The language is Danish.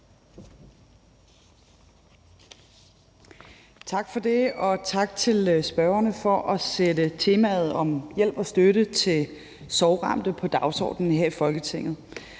Tak for det, og tak til forespørgerne for at sætte temaet om hjælp og støtte til sorgramte på dagsordenen her i Folketinget.